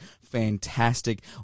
fantastic